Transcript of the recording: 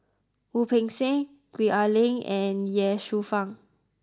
Wu Peng Seng Gwee Ah Leng and Ye Shufang